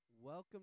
Welcome